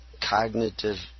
cognitive